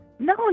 No